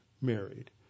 married